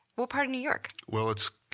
what part of new york? well it's.